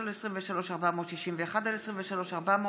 עופר כסיף ויוסף ג'בארין,